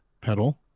pedal